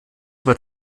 über